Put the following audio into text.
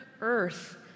earth